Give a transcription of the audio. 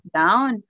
down